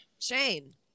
Shane